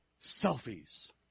selfies